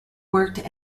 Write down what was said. worked